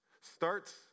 starts